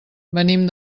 venim